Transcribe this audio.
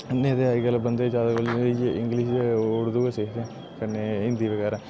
नेईं ते अज्जकल बन्दे ज्यादा कोला ज्यादा इ'यै इंग्लिश ते उर्दू गै सिखदे न कन्नै हिन्दी बगैरा